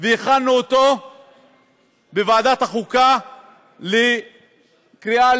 והכנו אותו בוועדת החוקה לקריאה